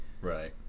right